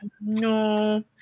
No